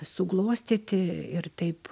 suglostyti ir taip